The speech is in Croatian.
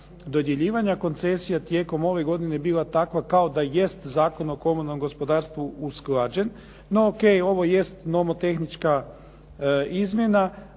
dodjeljivanja koncesija tijekom ove godine bila takva kao da jest Zakon o komunalnom gospodarstvu usklađen. No ok, ovo jest nomotehnička izmjena,